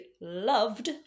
loved